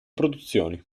produzioni